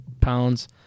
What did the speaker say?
pounds